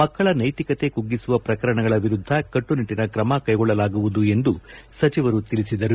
ಮಕ್ಕಳ ನೈತಿಕತೆ ಕುಗ್ಗಿಸುವ ಪ್ರಕರಣಗಳ ವಿರುದ್ಧ ಕಟ್ಟನಿಟ್ಟನ ಕ್ರಮ ಕೈಗೊಳಗಳಲಾಗುವುದು ಎಂದು ಸಚಿವರು ತಿಳಿಸಿದರು